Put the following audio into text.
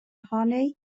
ohoni